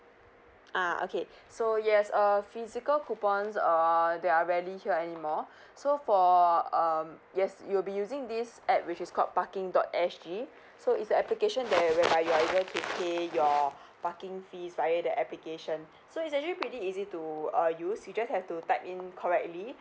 uh okay so yes err physical coupon err there are rarely here anymore so for um yes you'll be using this app which is called parking dot S G so is application there whereby you are able to pay your parking fees via the application so is actually pretty easy to uh use you just have to type in correctly